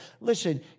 Listen